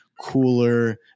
cooler